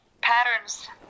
patterns